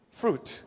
fruit